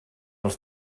els